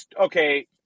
Okay